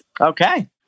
Okay